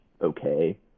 okay